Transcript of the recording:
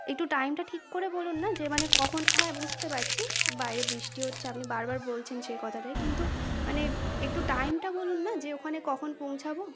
একটু টাইমটা ঠিক করে বলুন না যে মানে কখন হ্যাঁ বুঝতে পাচ্ছি বাইরে বৃষ্টি হচ্ছে আপনি বারবার বলছেন সেই কথাটায় কিন্তু মানে একটু টাইমটা বলুন না যে ওখানে কখন পৌঁছাবো